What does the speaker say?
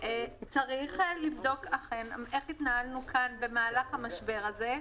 צריך לבדוק אכן איך התנהלנו כאן במהלך המשבר הזה,